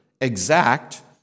exact